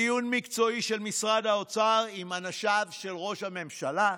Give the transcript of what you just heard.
בדיון מקצועי של משרד האוצר עם אנשיו של ראש הממשלה,